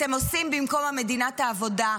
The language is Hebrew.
אתם עושים במקום המדינה את העבודה.